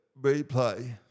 replay